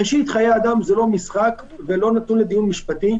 ראשית חיי אדם הם לא משחק והם לא נתונים לדיון משפטי,